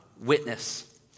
witness